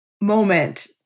moment